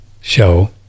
show